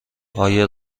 آیا